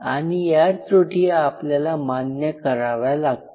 आणि या त्रुटी आपल्याला मान्य कराव्या लागतील